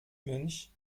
münch